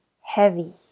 heavy